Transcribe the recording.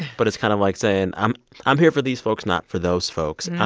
but it's kind of, like, saying, i'm i'm here for these folks, not for those folks.